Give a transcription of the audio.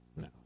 No